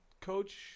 coach